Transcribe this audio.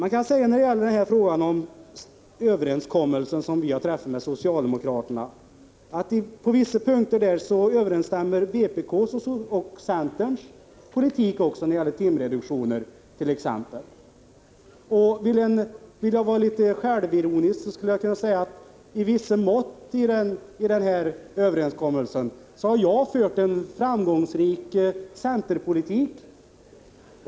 När det gäller den överenskommelse som vi har träffat med socialdemokraterna kan man säga: På vissa punkter överensstämmer också vpk:s och centerns politik, t.ex. när det gäller timreduktioner. Om jag ville vara litet självironisk skulle jag kunna säga att jag vid denna överenskommelse i viss utsträckning har fört en framgångsrik centerpolitik.